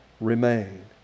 remain